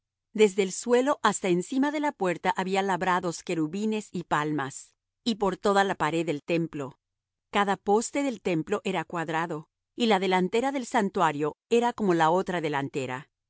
desde el suelo hasta encima de la puerta había labrados querubines y palmas y por toda la pared del templo cada poste del templo era cuadrado y la delantera del santuario era como la otra delantera